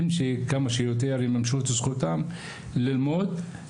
כדי שיממשו את זכותם ללמוד כמה שיותר מהר,